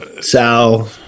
Sal